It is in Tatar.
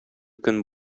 көн